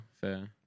fair